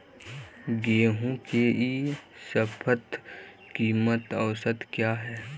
गेंहू के ई शपथ कीमत औसत क्या है?